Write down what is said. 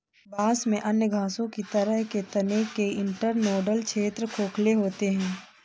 बांस में अन्य घासों की तरह के तने के इंटरनोडल क्षेत्र खोखले होते हैं